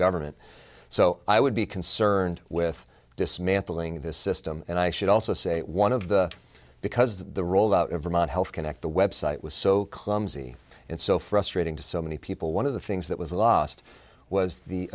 government so i would be concerned with dismantling this system and i should also say one of the because the rollout of vermont health connect the website was so clumsy and so frustrating to so many people one of the things that was lost was the